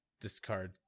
discard